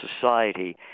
society